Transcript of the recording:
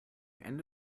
ende